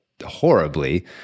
Horribly